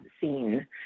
seen